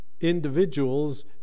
individuals